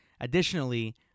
Additionally